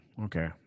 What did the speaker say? okay